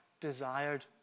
desired